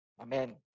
Amen